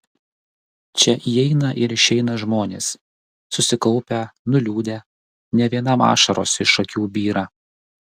čia įeina ir išeina žmonės susikaupę nuliūdę ne vienam ašaros iš akių byra